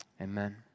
amen